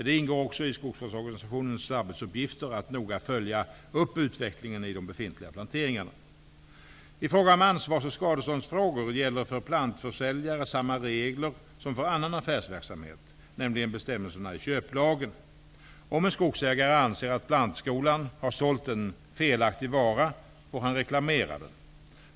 Det ingår också i skogsvårdsorganisationernas arbetsuppgifter att noga följa upp utvecklingen i de befintliga planteringarna. I ansvars och skadeståndsfrågor gäller för plantförsäljare samma regler som för annan affärsverksamhet, nämligen bestämmelserna i köplagen. Om en skogsägare anser att plantskolan har sålt en felaktig vara, får han reklamera den.